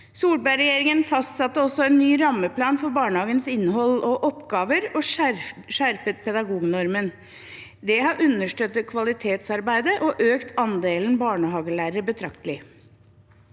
Solberg-regjeringen fastsatte også en ny rammeplan for barnehagens innhold og oppgaver og skjerpet pedagognormen. Det har understøttet kvalitetsarbeidet og økt andelen barnehagelærere betraktelig.